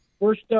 First –